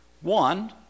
One